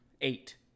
Eight